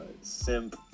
simp